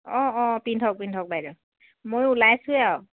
অঁ অঁ পিন্ধক পিন্ধক বাইদেউ ময়ো ওলাইছোৱেই আৰু